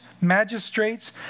magistrates